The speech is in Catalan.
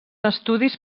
estudis